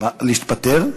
אני שוקל, להתפטר?